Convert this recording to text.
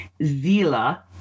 Zila